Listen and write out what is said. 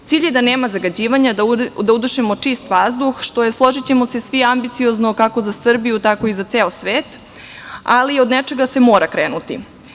Cilj je da nema zagađivanja, da udišemo čist vazduh, što je, složićemo se svi, ambiciozno kako za Srbiju, tako i za ceo svet, ali od nečega se mora krenuti.